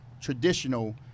traditional